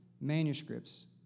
manuscripts